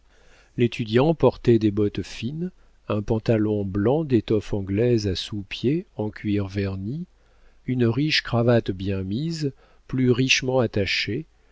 l'étudiant portait des bottes fines un pantalon blanc d'étoffe anglaise à sous-pieds en cuir verni une riche cravate bien mise plus richement attachée